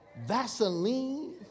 Vaseline